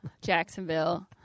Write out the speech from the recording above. Jacksonville